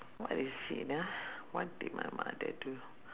what is it ah what did my mother do